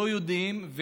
לא יודעים,